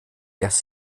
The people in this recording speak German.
dass